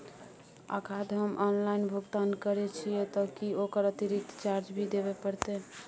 यदि हम ऑनलाइन भुगतान करे छिये त की ओकर अतिरिक्त चार्ज भी देबे परतै?